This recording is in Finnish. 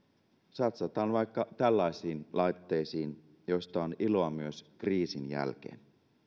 satsataan vaikka tällaisiin laitteisiin joista on iloa myös kriisin jälkeen